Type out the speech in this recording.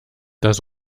das